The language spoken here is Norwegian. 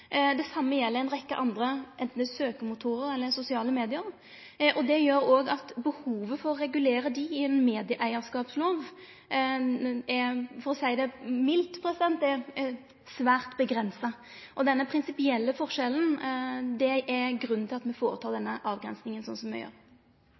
Det same gjeld ei rekke andre, enten det er søkemotorar eller sosiale media. Det gjer at behovet for å regulere dei i ein medieeigarskapslov, er – for å seie det mildt – svært avgrensa. Denne prinsipielle forskjellen er grunnen til at me